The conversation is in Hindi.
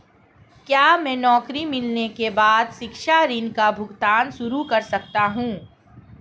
क्या मैं नौकरी मिलने के बाद शिक्षा ऋण का भुगतान शुरू कर सकता हूँ?